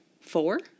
four